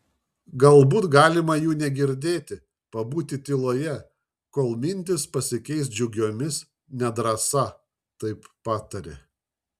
galbūt galima jų negirdėti pabūti tyloje kol mintys pasikeis džiugiomis nedrąsa taip patarė